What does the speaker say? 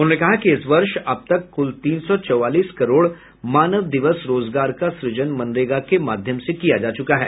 उन्होंने कहा कि इस वर्ष अबतक कुल तीन सौ चौवालीस करोड़ मानव दिवस रोजगार का सृजन मनरेगा के माध्यम से किया जा चुका है